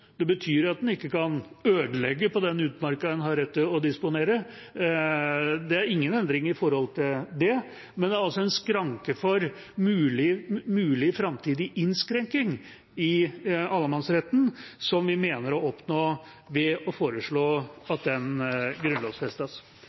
Det betyr at en ikke kan ødelegge den utmarka en har rett til å disponere. Det er ingen endring når det gjelder det. Det er altså en skranke for mulig framtidig innskrenkning i allemannsretten vi mener å oppnå ved å foreslå at den grunnlovfestes.